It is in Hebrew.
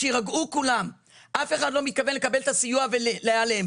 שיירגעו כולם - אף אחד לא מתכוון לקבל את הסיוע ולהיעלם.